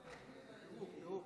מגיעה.